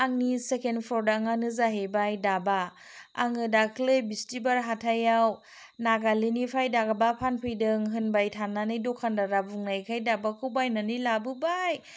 आंनि सेकेण्ड प्रदाङानो जाहैबाय दाबा आङो दाख्लै बिस्तिबार हाथायाव नागालेण्डनिफ्राय दागबा फानफैदों होनबाय थानानै दखानदारा बुंनायखाय दाबाखौ बायनानै लाबोबाय